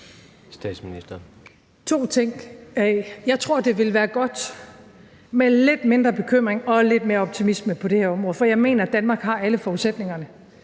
To ting. Jeg tror, at det ville være godt med lidt mindre bekymring og lidt mere optimisme på det her område, for jeg mener, at Danmark har alle forudsætningerne.